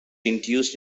induced